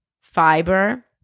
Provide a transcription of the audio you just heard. fiber